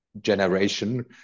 generation